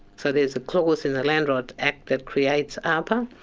so there's a clause in the land rights act that creates aapa,